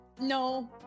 No